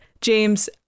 James